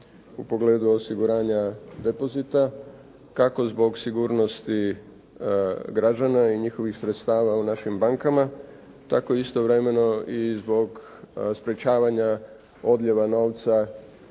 u pogledu osiguranja depozita kako zbog sigurnosti građana i njihovih sredstava u našim bankama, tako istovremeno i zbog sprečavanja odljeva novca